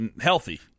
healthy